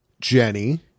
Jenny